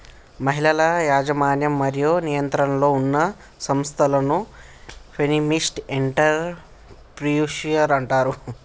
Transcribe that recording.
మహిళల యాజమాన్యం మరియు నియంత్రణలో ఉన్న సంస్థలను ఫెమినిస్ట్ ఎంటర్ ప్రెన్యూర్షిప్ అంటారు